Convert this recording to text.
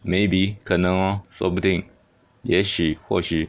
maybe 可能哦说不定也许或许